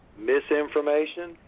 misinformation